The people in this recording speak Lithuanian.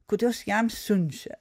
kurias jam siunčia